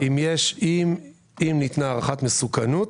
לא, אם ניתנה הערכת מסוכנות